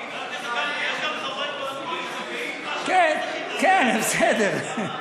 יש גם חברי קואליציה שגאים, כן, בסדר.